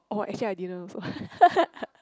oh actually I didn't also